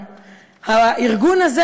הארגון הזה,